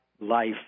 life